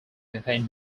contain